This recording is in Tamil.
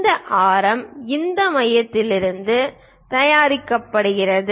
இந்த ஆரம் இந்த மையத்திலிருந்து தயாரிக்கப்படுகிறது